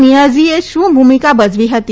નિઆઝીએ શું ભૂમિકા ભજવી હતી